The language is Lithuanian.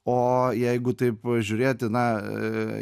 o jeigu taip žiūrėti na